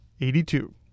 Eighty-two